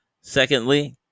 secondly